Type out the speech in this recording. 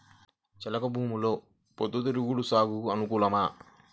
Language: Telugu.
చెలక భూమిలో పొద్దు తిరుగుడు సాగుకు అనుకూలమా?